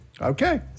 Okay